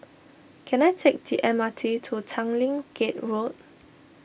can I take the M R T to Tanglin Gate Road